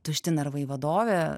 tušti narvai vadovę